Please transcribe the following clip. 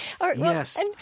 Yes